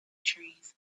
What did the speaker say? trees